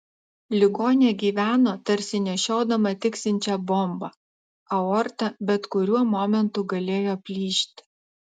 ligonė gyveno tarsi nešiodama tiksinčią bombą aorta bet kuriuo momentu galėjo plyšti